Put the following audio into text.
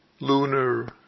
lunar